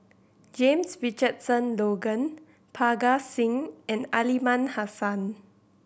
James Richardson Logan Parga Singh and Aliman Hassan